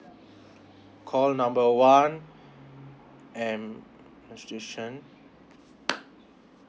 call number one M